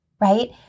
right